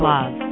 Love